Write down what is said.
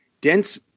dense